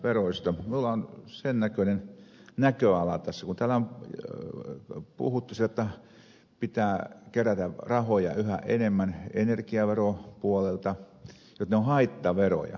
minulla on sen näköinen näköala tässä kun täällä on puhuttu jotta pitää kerätä rahoja yhä enemmän energiaveropuolelta jotta ne on haittaveroja